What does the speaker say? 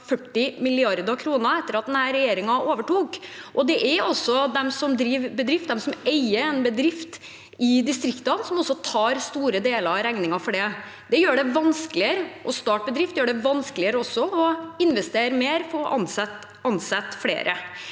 40 mrd. kr etter at denne regjeringen overtok, og det er de som driver en bedrift, de som eier en bedrift i distriktene, som tar store deler av regningen for det. Det gjør det vanskeligere å starte en bedrift, og det gjør det vanskeligere å investere mer i å ansette flere.